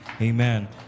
amen